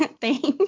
Thanks